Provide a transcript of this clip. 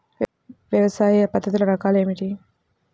వ్యవసాయ పద్ధతులు రకాలు ఏమిటి?